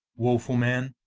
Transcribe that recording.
wofull man